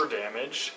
damage